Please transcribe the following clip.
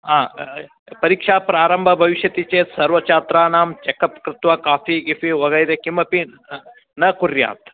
हा परीक्षायाः प्रारम्भः विष्यति चेत् सर्वचात्राणां चेकप् कृत्वा काफ़ि कीपी वदति किमपि न कुर्यात्